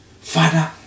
Father